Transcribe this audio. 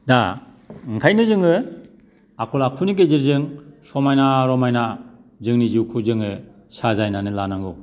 दा ओंखायनो जोङो आखल आखुनि गेजेरजों समायना रमायना जोंनि जिउखौ जोङो साजायनानै लानांगौ